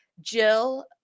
Jill